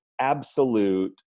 absolute